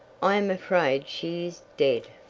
i am afraid she is dead.